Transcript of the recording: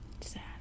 Sad